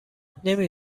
نمی